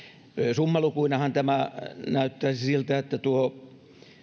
summalukuinahan tämä näyttäisi siltä että tuo